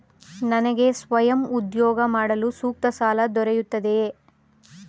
ನನಗೆ ಸ್ವಯಂ ಉದ್ಯೋಗ ಮಾಡಲು ಸೂಕ್ತ ಸಾಲ ದೊರೆಯುತ್ತದೆಯೇ?